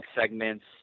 segments